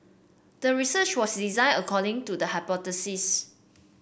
the research was design according to the hypothesis